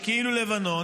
יש כאילו לבנון,